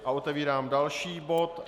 Otevírám další bod.